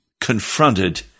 confronted